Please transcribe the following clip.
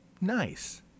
Nice